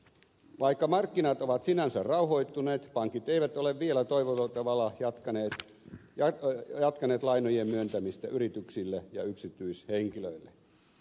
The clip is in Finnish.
vaikka markkinat ovat sinänsä rauhoittuneet pankit eivät ole vielä toivotulla tavalla jatkaneet lainojen myöntämistä yrityksille ja yksityishenkilöille